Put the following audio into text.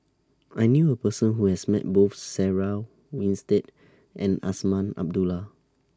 I knew A Person Who has Met Both Sarah Winstedt and Azman Abdullah